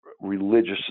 religious